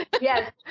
Yes